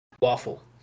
Waffle